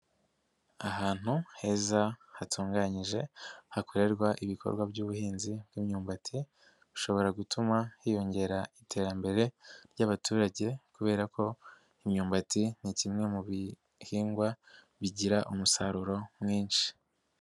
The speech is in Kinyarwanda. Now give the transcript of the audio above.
Ahantu heza hatunganyijwe, hakorerwa ibikorwa by'ubuhinzi bw'imyumbati, bushobora gutuma hiyongera iterambere ry'abaturage kubera ko imyumbati ni kimwe mu bihingwa bigira umusaruro mwinshi.